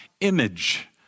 image